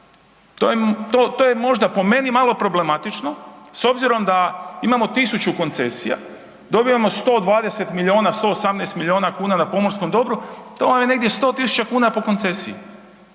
To je možda po meni malo problematično s obzirom da imamo 1.000 koncesija, dobivamo 120 miliona, 118 miliona kuna na pomorskom dobru, to vam je negdje 100.000 kuna po koncesiji,